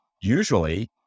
usually